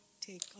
take